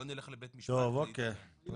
משרדי עורכי דין,